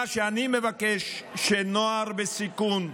מה שאני מבקש הוא שגם נוער בסיכון,